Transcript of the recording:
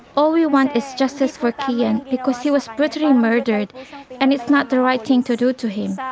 all we want is justice for kian because he was brutally and murdered and it's not the right thing to do to him.